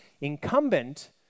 incumbent